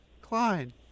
Klein